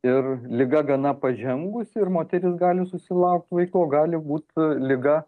ir liga gana pažengusi ir moteris gali susilaukt vaiko o gali būt liga